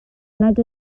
nad